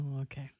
okay